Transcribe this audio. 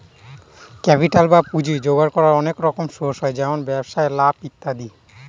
capital বা পুঁজি জোগাড় করার অনেক রকম সোর্স হয় যেমন ব্যবসায় লাভ ইত্যাদি